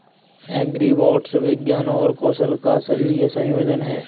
agribots विज्ञान और कौशल का सही संयोजन हैं